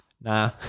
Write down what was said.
nah